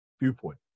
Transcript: viewpoint